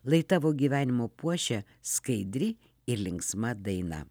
lai tavo gyvenimo puošia skaidri ir linksma daina